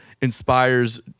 inspires